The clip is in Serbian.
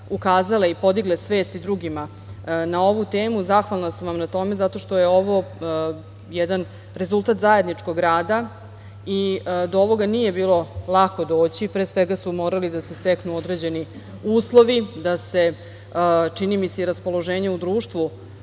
ukazale i podigle svest drugima na ovu temu. Zahvalna sam vam na tome, zato što je ovo jedan rezultat zajedničkog rada i do ovoga nije bilo lako doći, pre svega su morali da se steknu određeni uslovi, da se čini mi se i raspoloženje u društvu